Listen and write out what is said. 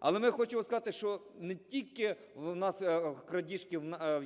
Але ми хочемо сказати, що не тільки у нас крадіжки